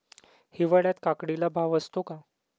हिवाळ्यात काकडीला भाव असतो का?